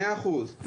מאה אחוז.